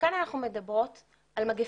כאן אנחנו מדברות על מגיפה,